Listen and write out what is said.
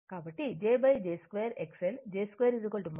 కాబట్టి jj 2 XL j 2 1